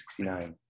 1969